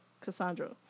Cassandra